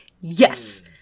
yes